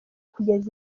kugeza